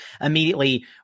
immediately